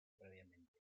previamente